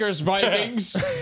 Vikings